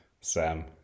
sam